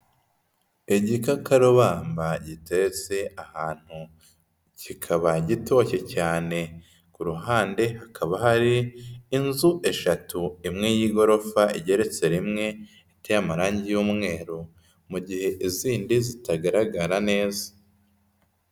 Igikakarubamba giteretse ahantu kikaba gitoshye cyane, ku ruhande hakaba hari inzu eshatu imwe y'igorofa igeretse rimwe iteye amarange y'umweru, mu gihe izindi zitagaragara neza.